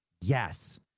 Yes